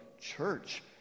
church